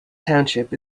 township